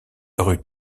rue